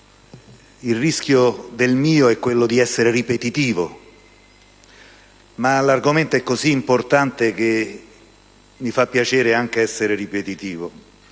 rischio di essere ripetitivo, ma l'argomento è così importante che mi fa piacere anche essere ripetitivo.